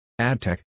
AdTech